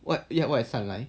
what is 上来